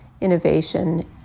innovation